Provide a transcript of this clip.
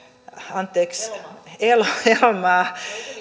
anteeksi elomaa